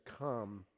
come